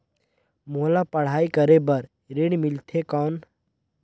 मोला पढ़ाई करे बर ऋण मिलथे कौन?